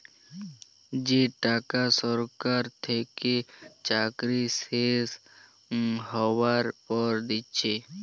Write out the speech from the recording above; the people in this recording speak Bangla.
যে টাকা সরকার থেকে চাকরি শেষ হ্যবার পর দিচ্ছে